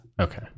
Okay